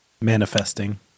Manifesting